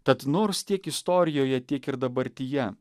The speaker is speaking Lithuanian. tad nors tiek istorijoje tiek ir dabartyje